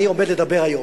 אני עומד לדבר היום,